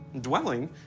Dwelling